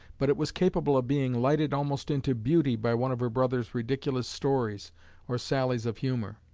but it was capable of being lighted almost into beauty by one of her brother's ridiculous stories or sallies of humor.